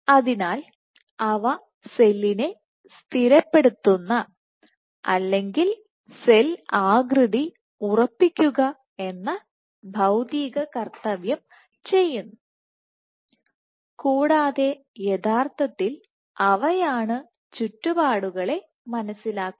അതിനാൽ അവ സെല്ലിനെ സ്ഥിരപ്പെടുത്തുന്ന അല്ലെങ്കിൽ സെൽ ആകൃതി ഉറപ്പിക്കുക എന്ന ഭൌതിക കർത്തവ്യം ചെയ്യുന്നു കൂടാതെ യഥാർത്ഥത്തിൽ അവയാണ് ചുറ്റുപാടുകളെ മനസ്സിലാക്കുന്നത്